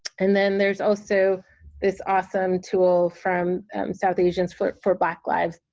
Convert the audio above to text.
and then there's also this awesome tool from south asians for for black lives,